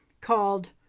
called